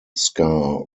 scar